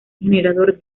generador